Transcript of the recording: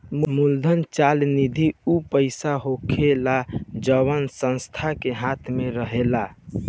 मूलधन चल निधि ऊ पईसा होखेला जवना संस्था के हाथ मे रहेला